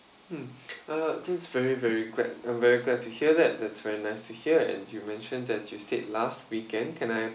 mm uh this very very great I'm very glad to hear that that's very nice to hear and you mentioned that you said last weekend can I